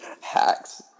Hacks